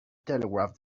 telegraph